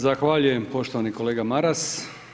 Zahvaljujem poštovani kolega Maras.